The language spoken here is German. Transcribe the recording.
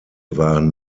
waren